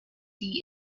die